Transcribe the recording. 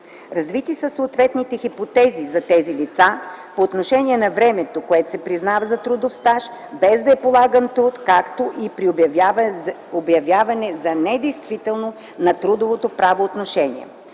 Развити са съответните хипотези за тези лица по отношение на времето, което се признава за трудов стаж, без да е полаган труд, както и при обявяване за недействително на трудовото правоотношение.